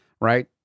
right